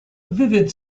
vivid